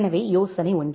எனவே யோசனை ஒன்று